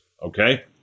Okay